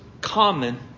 common